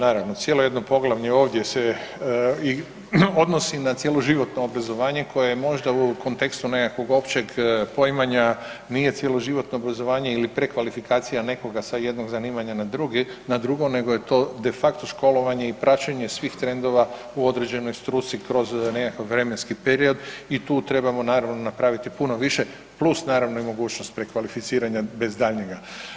Dapače, cijelo jedno poglavlje ovdje se i odnosi na cjeloživotno obrazovanje koje možda u kontekstu nekakvog općeg poimanja, nije cjeloživotno obrazovanje ili prekvalifikacija nekoga sa jednog zanimanja na drugo nego je to de facto školovanje i praćenje svih trendova u određenoj struci kroz nekakav vremenski period i tu trebamo naravno napraviti puno više, plus naravno i mogućnost prekvalificiranja bez daljnjega.